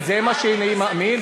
זה מה שאני מאמין,